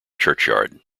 churchyard